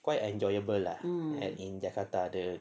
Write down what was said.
quite enjoyable lah in jakarta the